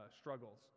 struggles